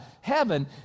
heaven